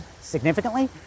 significantly